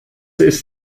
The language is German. ist